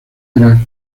era